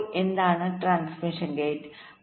അപ്പോൾ എന്താണ് transmission gate